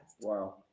Wow